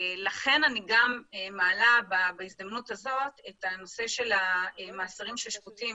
לכן אני מעלה בהזדמנות הזו את הנושא של מאסרים ששפוטים